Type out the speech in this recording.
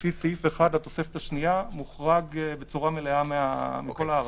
לפי סעיף 1 לתוספת השנייה מוחרג בצורה מלאה מכל ההארכות.